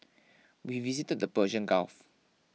we visited the Persian Gulf